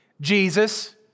Jesus